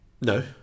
No